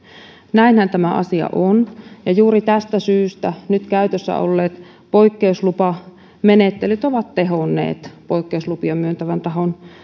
näinhän tämä asia on ja juuri tästä syystä nyt käytössä olleet poikkeuslupamenettelyt ovat tehonneet poikkeuslupia myöntävän tahon